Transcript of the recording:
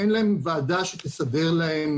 ועדה שתסדר להם